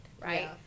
right